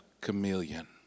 chameleon